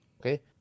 Okay